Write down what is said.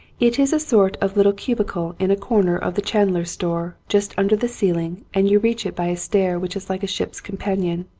it is a sort of little cubicle in a corner of the chandler's store just under the ceiling and you reach it by a stair which is like a ship's companion.